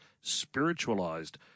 spiritualised